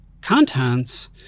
contents